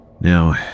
Now